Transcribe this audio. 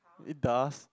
it does